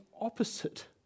opposite